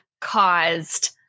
caused